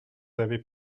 avez